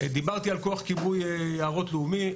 דיברתי על כוח כיבוי יערות לאומי,